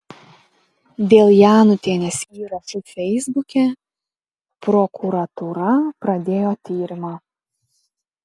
dėl janutienės įrašų feisbuke prokuratūra pradėjo tyrimą